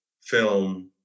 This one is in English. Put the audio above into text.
film